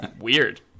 weird